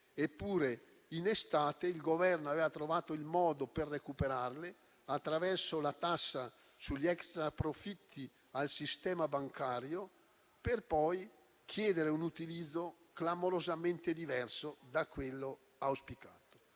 Eppure, in estate il Governo aveva trovato il modo per recuperarle, attraverso la tassa sugli extraprofitti al sistema bancario, per poi chiedere un utilizzo di tali risorse clamorosamente diverso da quello auspicato.